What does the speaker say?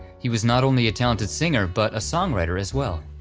he was not only a talented singer, but a songwriter as well.